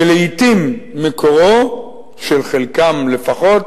שלעתים מקורם של חלקם לפחות